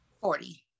Forty